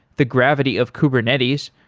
the gravity of kubernetes.